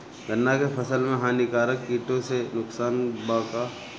गन्ना के फसल मे हानिकारक किटो से नुकसान बा का?